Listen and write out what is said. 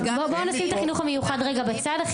בואו נשים את החינוך המיוחד רגע בצד,